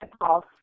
calls